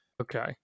okay